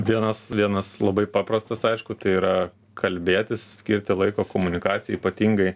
vienas vienas labai paprastas aišku tai yra kalbėtis skirti laiko komunikacijai ypatingai